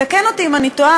תקן אותי אם אני טועה,